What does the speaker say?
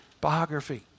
biography